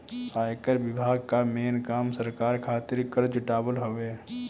आयकर विभाग कअ मेन काम सरकार खातिर कर जुटावल हवे